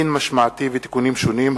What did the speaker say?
7) (דין משמעתי ותיקונים שונים),